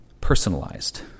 Personalized